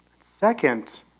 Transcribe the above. Second